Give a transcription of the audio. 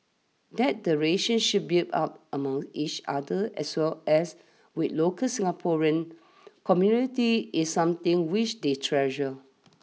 that the relationships built up among each other as well as with local Singaporean community is something which they treasure